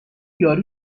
یارو